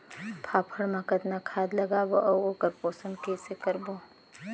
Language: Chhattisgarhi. फाफण मा कतना खाद लगाबो अउ ओकर पोषण कइसे करबो?